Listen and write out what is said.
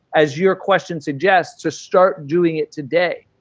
as your question suggests, to start doing it today,